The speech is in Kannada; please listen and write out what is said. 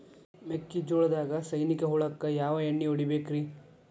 ಮೆಕ್ಕಿಜೋಳದಾಗ ಸೈನಿಕ ಹುಳಕ್ಕ ಯಾವ ಎಣ್ಣಿ ಹೊಡಿಬೇಕ್ರೇ?